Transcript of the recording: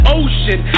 ocean